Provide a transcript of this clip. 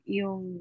yung